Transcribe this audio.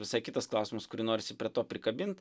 visai kitas klausimas kurį norisi prie to prikabint